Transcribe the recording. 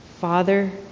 Father